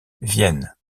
vienne